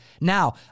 Now